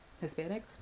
Hispanic